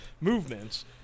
movements